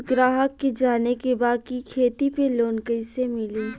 ग्राहक के जाने के बा की खेती पे लोन कैसे मीली?